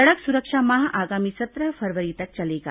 सड़क सुरक्षा माह आगामी सत्रह फरवरी तक चलेगा